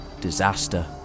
disaster